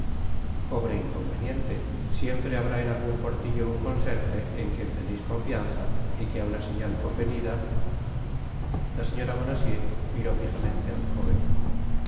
pobre inconveniente siempre habrá en algun portillo un concerje en quien teneis confianza y que á una señal convenida la señora bonacieux miró fijamente al joven